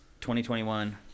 2021